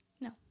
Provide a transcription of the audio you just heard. No